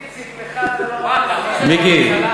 מיקי,